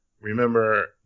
remember